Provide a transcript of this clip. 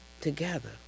together